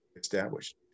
established